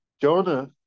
Jonah